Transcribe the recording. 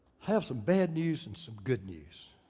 have some bad news and some good news.